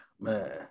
man